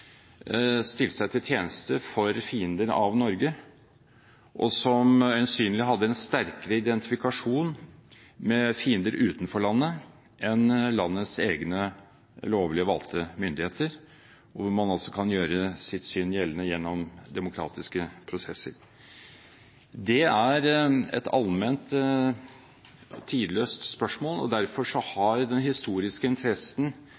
seg til tjeneste for fiender av Norge, og som øyensynlig hadde en sterkere identifikasjon med fiender utenfor landet enn med landets egne, lovlig valgte myndigheter, og et system hvor man kan gjøre sitt syn gjeldende gjennom demokratiske prosesser. Det er et allment og tidløst spørsmål, og derfor har den historiske interessen